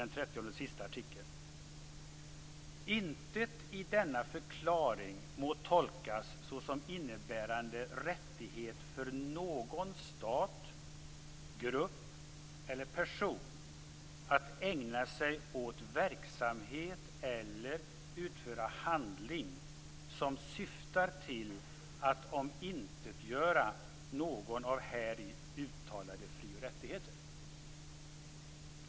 Den trettionde och sista artikeln lyder: "Intet i denna förklaring må tolkas såsom innebärande rättighet för någon stat, grupp eller person att ägna sig åt verksamhet eller utföra handling, som syftar till att omintetgöra någon av häri uttalade frioch rättigheter."